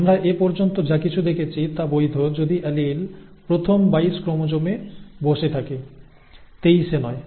আমরা এ পর্যন্ত যা কিছু দেখেছি তা বৈধ যদি অ্যালিল প্রথম 22 ক্রোমোজোমে বসে থাকে 23 এ নয়